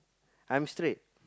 I'm straight